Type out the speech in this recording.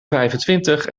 vijfentwintig